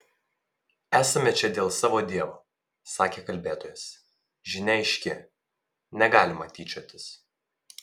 esame čia dėl savo dievo sakė kalbėtojas žinia aiški negalima tyčiotis